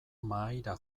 mahaira